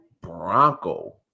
Bronco